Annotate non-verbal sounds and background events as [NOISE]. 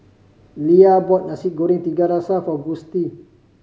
Leia bought Nasi Goreng Seafood tiga [UNINTELLIGIBLE] for Gustie